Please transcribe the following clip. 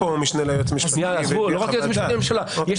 פה המשנה ליועץ המשפטי --- לא רק היועץ המשפטי